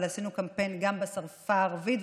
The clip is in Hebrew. אבל עשינו קמפיין גם בשפה הערבית,